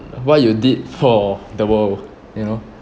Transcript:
what you did for the world you know